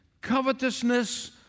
Covetousness